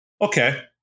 Okay